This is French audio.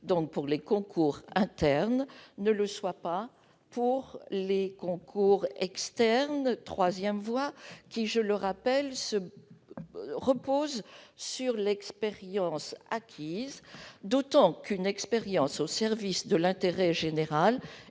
pour les concours internes ne le soit pas pour les concours de troisième voie, qui, je le rappelle, reposent sur l'expérience acquise, d'autant qu'une expérience au service de l'intérêt général est